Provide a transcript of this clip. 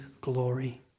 glory